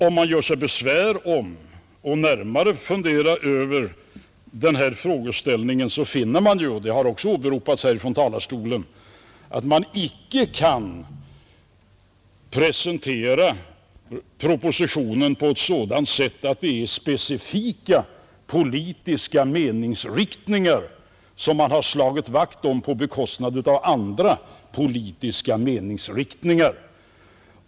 Om man gör sig besvär med att närmare fundera över den här frågeställningen finner man — det har också åberopats från denna talarstol — att man inte kan presentera propositionen på sådant sätt att man påstår att det är specifika politiska meningsriktningar som den har slagit vakt om på bekostnad av andra politiska meningsriktningar.